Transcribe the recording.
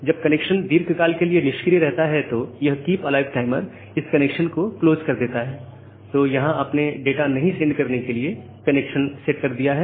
जब कनेक्शन दीर्घ काल के लिए निष्क्रिय रहता है तो यह कीप अलाइव टाइमर इस कनेक्शन को क्लोज कर देता है तो यहां आपने डाटा नहीं सेंड करने के लिए कनेक्शन सेट कर दिया है